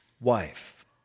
wife